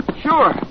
Sure